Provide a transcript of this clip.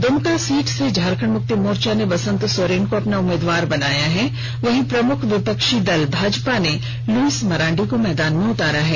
Dumka seat से झारखंड मुक्ति मोर्चा ने बसंत सोरेन को अपना उम्मीदवार बनाया है वहीं प्रमुख विपक्षी दल भाजपा ने लुईस मरांडी को मैदान में उतारा है